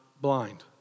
blind